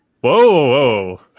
Whoa